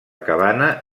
cabana